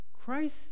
Christ